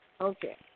Okay